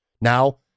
now